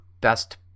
best